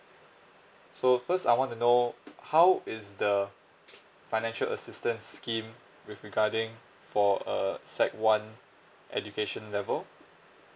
so first I want to know how is the financial assistance scheme with regarding for err sec one education level